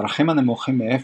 ערכים הנמוכים מאפס,